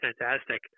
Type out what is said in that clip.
fantastic